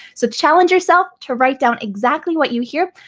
so challenge yourself to write down exactly what you hear.